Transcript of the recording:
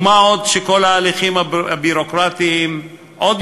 ומה עוד שכל ההליכים הביורוקרטיים עוד